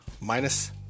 minus